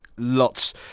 Lots